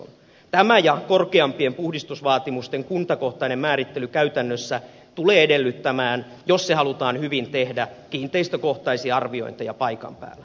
tämä ja korkeampien puhdistusvaatimusten kuntakohtainen määrittely käytännössä tulee edellyttämään jos se halutaan hyvin tehdä kiinteistökohtaisia arviointeja paikan päällä